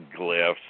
glyphs